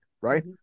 right